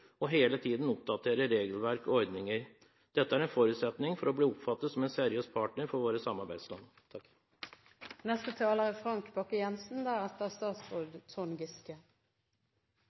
og hele tiden oppdaterer regelverk og ordninger. Dette er en forutsetning for å bli oppfattet som en seriøs partner av våre samarbeidsland. Som saksordføreren redegjorde for, er